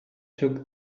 took